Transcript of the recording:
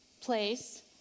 place